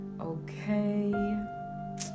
okay